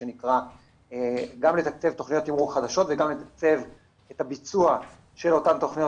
גם לתקצב תמרור חדשות וגם לתקצב את הביצוע של אותן תכניות